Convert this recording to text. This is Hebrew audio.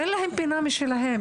אין להם פינה משלהם,